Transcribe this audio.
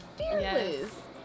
fearless